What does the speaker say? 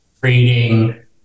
creating